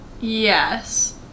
Yes